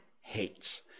hates